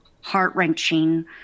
heart-wrenching